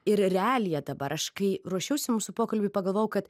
ir realiją dabar aš kai ruošiausi mūsų pokalbiui pagalvojau kad